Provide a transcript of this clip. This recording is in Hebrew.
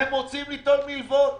הם עושים אתו מלוות.